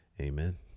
amen